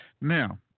Now